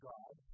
God